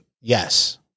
yes